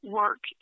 work